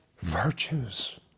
virtues